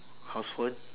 house phone